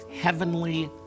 Heavenly